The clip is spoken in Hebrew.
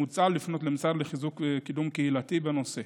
מוצע לפנות למשרד לחיזוק וקידום קהילתי בנושא.